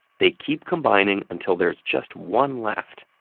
they keep combining until there's just one left.